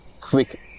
quick